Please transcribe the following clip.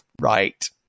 right